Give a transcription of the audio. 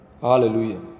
Hallelujah